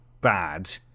bad